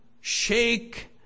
shake